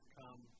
come